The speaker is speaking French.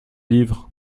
livres